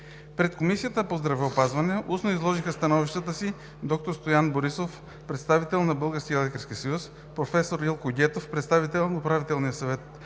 Пред Комисията по здравеопазването устно изложиха становищата си: доктор Стоян Борисов – представител на Българския лекарски съюз; професор Илко Гетов – председател на Управителния съвет